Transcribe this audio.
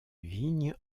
vigne